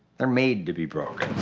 they're made to be broke.